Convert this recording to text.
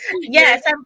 yes